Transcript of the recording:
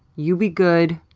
you be good,